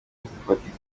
ufatika